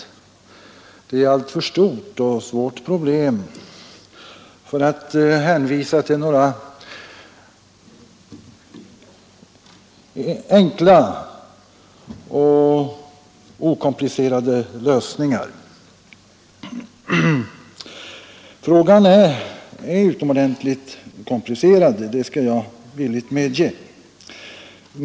Det är alltför stort och svårt för att man skall kunna hänvisa till några enkla och okomplicerade lösningar. Frågan är utomordentligt komplicerad — det skall jag villigt medge.